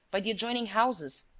by the adjoining houses,